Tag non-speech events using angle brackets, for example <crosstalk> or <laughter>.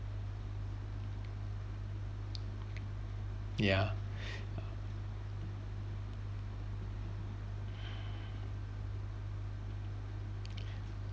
ya <breath>